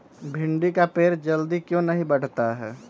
भिंडी का पेड़ जल्दी क्यों नहीं बढ़ता हैं?